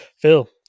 Phil